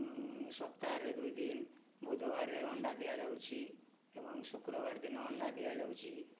ସପ୍ତାହରେ ଦୁଇ ଦିନ ବୁଧବାରରେ ଅଣ୍ଡା ଦିଆଯାଉଛି ଏବଂ ଶୁକ୍ରବାର ଦିନ ଅଣ୍ଡା ଦିଆଯାଉଛି